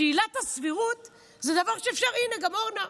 שעילת הסבירות זה דבר שאפשר, הינה, גם אורנה,